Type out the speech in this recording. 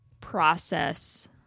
process